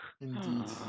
Indeed